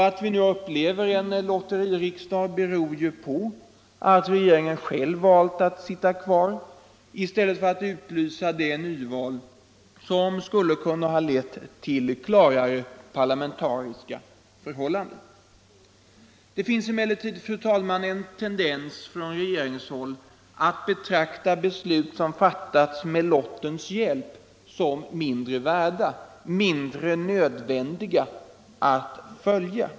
Att vi nu upplever en lotteririksdag beror ju på att regeringen själv valt att sitta kvar i stället för att utlysa det nyval som skulle ha lett till klarare parlamentariska förhållanden. Det finns emellertid, fru talman, en tendens på regeringshåll att betrakta beslut som fattats med lottens hjälp som mindre värda, mindre nödvändiga att följa.